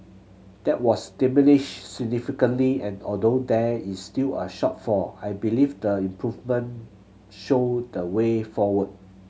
that was diminished significantly and although there is still a shortfall I believe the improvements show the way forward